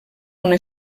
una